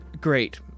Great